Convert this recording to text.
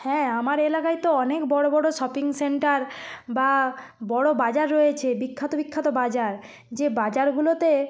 হ্যাঁ আমার এলাকায় তো অনেক বড় বড় শপিং সেন্টার বা বড় বাজার রয়েছে বিখ্যাত বিখ্যাত বাজার যে বাজারগুলোতে